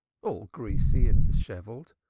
all greasy and dishevelled.